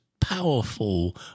powerful